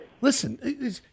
Listen